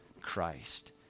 Christ